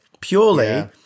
Purely